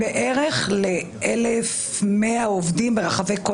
אנחנו מגיעים בערך ל-1,100 עובדים ברחבי כל